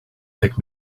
pick